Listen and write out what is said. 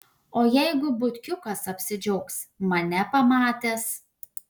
o jeigu butkiukas apsidžiaugs mane pamatęs